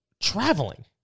traveling